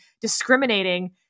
discriminating